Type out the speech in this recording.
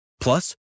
Plus